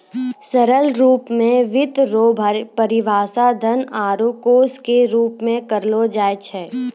सरल रूप मे वित्त रो परिभाषा धन आरू कोश के रूप मे करलो जाय छै